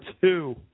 two